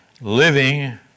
Living